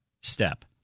step